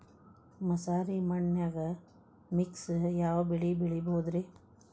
ಮಸಾರಿ ಮಣ್ಣನ್ಯಾಗ ಮಿಕ್ಸ್ ಯಾವ ಬೆಳಿ ಬೆಳಿಬೊದ್ರೇ?